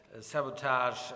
sabotage